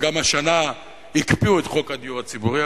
והשנה גם הקפיאו את חוק הדיור הציבורי,